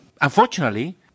unfortunately